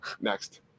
next